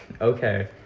Okay